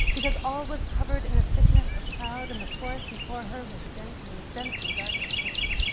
because all was covered in a thickness of cloud and the forest before her was dense and dense and dark as pitch.